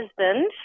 husband